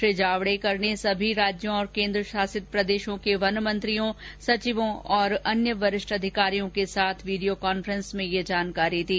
श्री जावड़ेकर ने समी राज्यों और केंद्रशासित प्रदेशों के वन मंत्रियों सचिवों और अन्य वरिष्ठ अधिकारियों के साथ वीडियो कॉन्फ्रेन्स में ये जानकारी दी